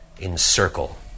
encircle